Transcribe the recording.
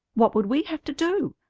what would we have to do?